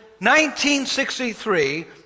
1963